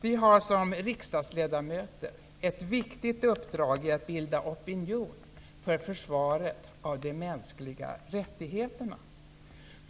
Vi har som riksdagsledamöter ett viktigt uppdrag i att bilda opinion för försvaret av de mänskliga rättigheterna.